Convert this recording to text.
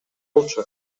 болчу